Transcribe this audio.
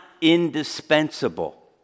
indispensable